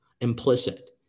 implicit